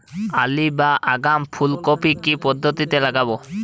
Early বা আগাম ফুল কপি কি পদ্ধতিতে লাগাবো?